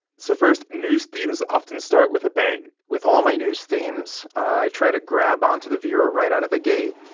so first, news themes often start with a bang with all my news themes, i try to grab on to the viewer right out of the gate